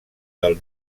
del